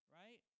right